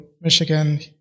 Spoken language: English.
Michigan